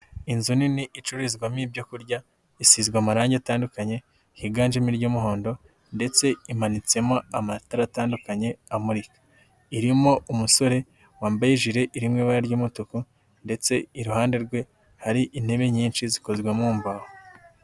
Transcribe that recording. Inzu nini icururizwamo ibyo kurya. Isizwe amarangi atandukanye, higanjemo iry'umuhondo ndetse imanitsemo amatara atandukanye amurika. Irimo umusore wambaye ijire iri mu ibara ry'umutuku ndetse iruhande rwe hari intebe nyinshi zikozwe mu mbaho.